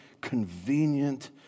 convenient